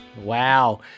Wow